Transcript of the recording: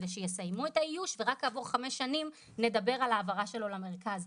כדי שיסיימו את האיוש ורק כעבור חמש שנים נדבר על העברה שלו למרכז.